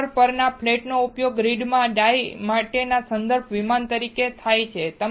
wafer પરના ફ્લેટનો ઉપયોગ ગ્રીડમાંથી દlઈ માટેના સંદર્ભ વિમાન તરીકે થાય છે